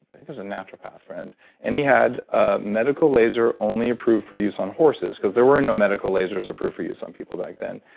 naturopath friend and he had a medical laser only approved for use on horses because there were no medical lasers approved for use on people back then.